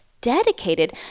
dedicated